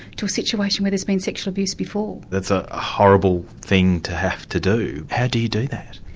to a situation where there's been sexual abuse before. that's a horrible thing to have to do, how do you do that?